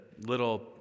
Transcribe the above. little